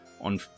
on